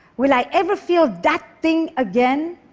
will i ever feel that thing again?